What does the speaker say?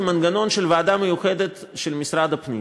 הוא מנגנון של ועדה מיוחדת של משרד הפנים.